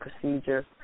procedure